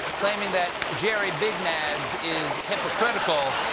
claiming that jerry big nads is hypocritical.